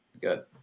Good